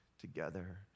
together